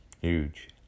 Huge